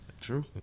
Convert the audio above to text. True